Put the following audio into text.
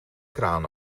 kraan